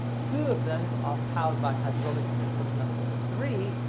two of them are powered by hydraulic system number three,